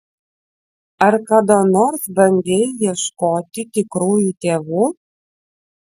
ar kada nors bandei ieškoti tikrųjų tėvų